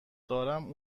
دارم